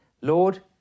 Lord